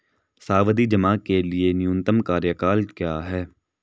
सावधि जमा के लिए न्यूनतम कार्यकाल क्या है?